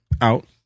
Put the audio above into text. out